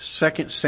Second